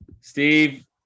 Steve